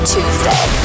Tuesday